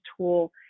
tool